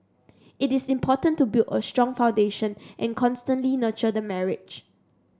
it is important to build a strong foundation and constantly nurture the marriage